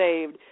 saved